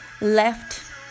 Left